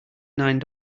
nine